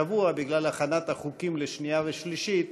השבוע, בגלל הכנת החוקים לשנייה ושלישית,